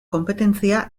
konpetentzia